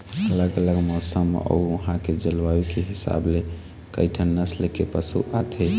अलग अलग मउसन अउ उहां के जलवायु के हिसाब ले कइठन नसल के पशु आथे